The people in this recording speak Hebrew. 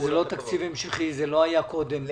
זה לא תקציב המשכי, זה לא היה קודם.